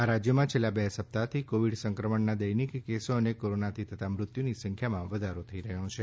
આ રાજ્યોમાં છેલ્લા બે સપ્તાહથી કોવિડ સંક્રમણના દૈનિક કેસો અને કોરોનાથી થતા મૃત્યુની સંખ્યામાં વધારો થઈ રહ્યો છે